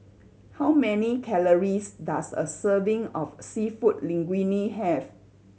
how many calories does a serving of Seafood Linguine have